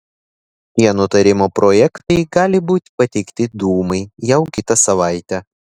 šie nutarimo projektai gali būti pateikti dūmai jau kitą savaitę